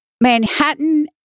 Manhattan